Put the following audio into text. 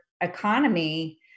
economy